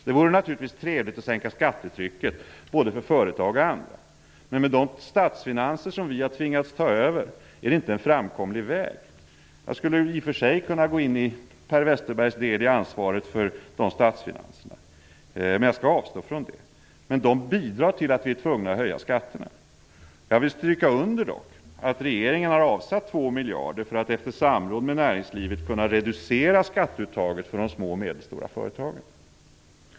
Det vore naturligtvis trevligt att sänka skattetrycket både för företagare och andra. Men med de statsfinanser som vi har tvingats ta över är det inte en framkomlig väg. Jag skulle i och för sig kunna gå in på Per Westerbergs del i ansvaret för dessa statsfinanser, men jag skall avstå från det. Men de bidrar till att vi är tvungna att höja skatterna. Jag vill dock understryka att regeringen har avsatt 2 miljarder för att efter samråd med näringslivet kunna reducera skatteuttaget för de små och medelstora företagen.